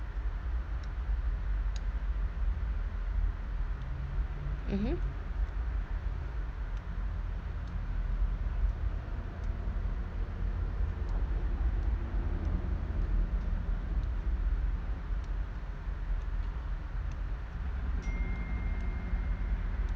mmhmm